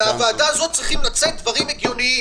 מהוועדה הזאת צריכים לצאת דברים הגיוניים.